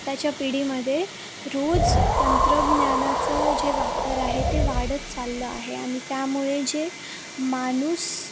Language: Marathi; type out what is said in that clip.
आताच्या पिढीमध्ये रोज तंत्रज्ञानाचं जे वापर आहे ते वाढत चाललं आहे आणि त्यामुळे जे माणूस